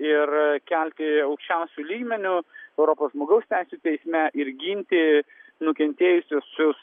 ir kelti aukščiausiu lygmeniu europos žmogaus teisių teisme ir ginti nukentėjusiuosius